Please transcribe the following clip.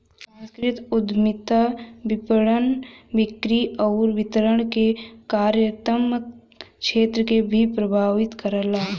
सांस्कृतिक उद्यमिता विपणन, बिक्री आउर वितरण के कार्यात्मक क्षेत्र के भी प्रभावित करला